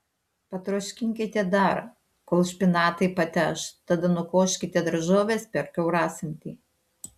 patroškinkite dar kol špinatai pateš tada nukoškite daržoves per kiaurasamtį